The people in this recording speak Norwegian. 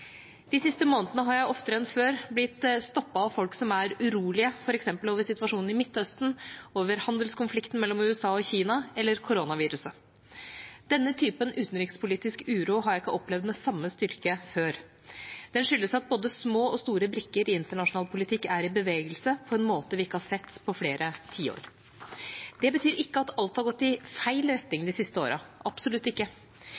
De siste månedene har jeg oftere enn før blitt stoppet av folk som er urolige, f.eks. for situasjonen i Midtøsten, for handelskonflikten mellom USA og Kina eller for koronaviruset. Denne typen utenrikspolitisk uro har jeg ikke opplevd med samme styrke før, og den skyldes at både små og store brikker i internasjonal politikk er i bevegelse på en måte vi ikke har sett på flere tiår. Det betyr ikke at alt har gått i feil retning